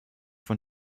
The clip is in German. von